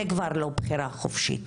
זה כבר לא בחירה חופשית.